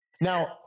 Now